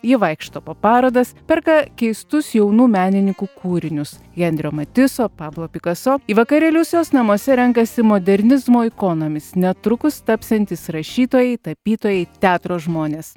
ji vaikšto po parodas perka keistus jaunų menininkų kūrinius henrio matiso pablo pikaso į vakarėlius jos namuose renkasi modernizmo ikonomis netrukus tapsiantys rašytojai tapytojai teatro žmonės